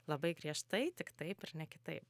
labai griežtai tik taip ir ne kitaip